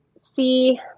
see